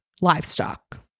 livestock